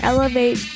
Elevate